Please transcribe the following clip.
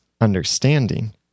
understanding